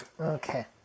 Okay